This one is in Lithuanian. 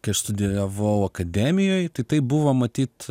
kai studijavau akademijoj tai tai buvo matyt